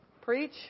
preach